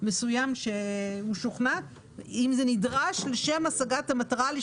אנחנו לא משוכנעים שאנחנו רוצים את הזיהוי הזה של רכבים אוטונומיים.